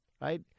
right